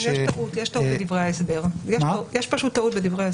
בדברי ההסבר יש טעות.